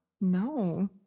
no